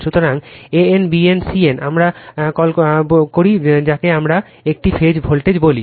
সুতরাং a n b n c n আমরা call করি আমরা আসব যাকে আমরা একটি ফেজ ভোল্টেজ বলি